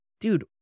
dude